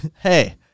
Hey